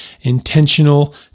intentional